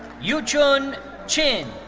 yuchun qin.